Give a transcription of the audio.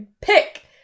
Pick